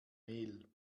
mehl